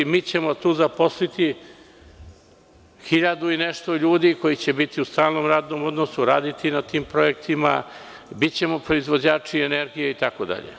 Mi ćemo tu zaposliti hiljadu i nešto ljudi koji će biti u stalnom radnom odnosu, raditi na tim projektima, bićemo proizvođači energije itd.